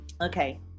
Okay